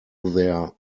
their